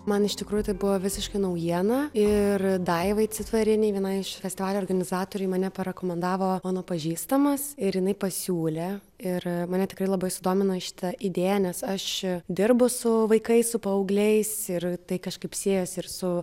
man iš tikrųjų tai buvo visiškai naujiena ir daivai citvarienei vienai iš festivalio organizatorių ji mane parekomendavo mano pažįstamas ir jinai pasiūlė ir mane tikrai labai sudomino šita idėja nes aš dirbu su vaikais su paaugliais ir tai kažkaip siejosi ir su